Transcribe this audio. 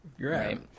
right